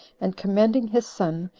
and commending his son,